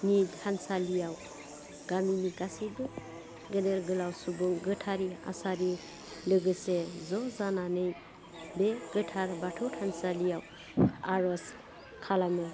नि थानसालियाव गामिनि गासैबो गेदेर गोलाव सुबुं गोथारि आसारि लोगोसे ज' जानानै बे गोथार बाथौ थानसालियाव आर'ज खालामो